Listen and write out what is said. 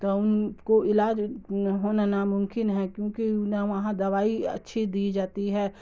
تو ان کو علاج ہونا ناممکن ہے کیونکہ انہیں وہاں دوائی اچھی دی جاتی ہے